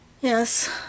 Yes